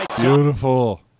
Beautiful